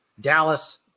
Dallas